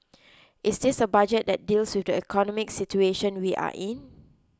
is this a Budget that deals with the economic situation we are in